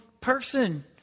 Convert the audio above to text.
person